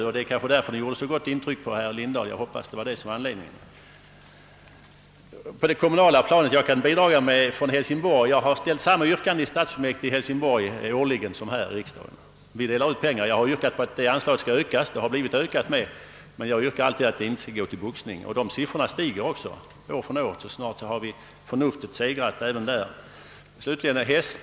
Jag hoppas att det är därför den har gjort så gott intryck på herr Lindahl. Beträffande vad som göres på det kommunala planet kan jag bidraga med upplysningen att jag årligen har framställt samma yrkande i Hälsingborgs stadsfullmäktige som här i riksdagen. Jag har föreslagit att ifrågavarande anslag skall ökas, och det har också blivit ökat, men jag yrkar alltid att det inte skall gå till boxningen. Voteringssiffrorna för detta förslag stiger år från år, så snart har kanske förnuftet segrat på den punkten.